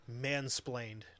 mansplained